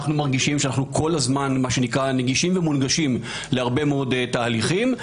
אנו מרגישים שאנו מנגישים ומונגשים להרבה מאוד תהליכים.